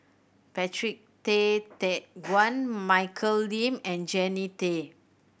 Patrick Tay Teck Guan Michelle Lim and Jannie Tay